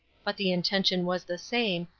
but the intention was the same,